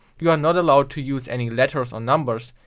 you are not allowed to use any letters or numbers,